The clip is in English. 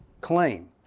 claim